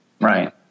Right